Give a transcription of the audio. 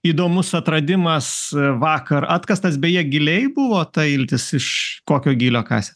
įdomus atradimas vakar atkastas beje giliai buvo ta iltis iš kokio gylio kasėt